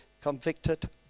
convicted